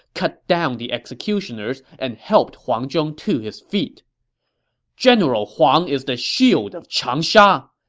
cut down the executioners, and helped huang zhong to his feet general huang is the shield of changsha!